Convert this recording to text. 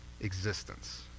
existence